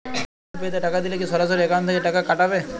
Google Pay তে টাকা দিলে কি সরাসরি অ্যাকাউন্ট থেকে টাকা কাটাবে?